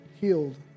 healed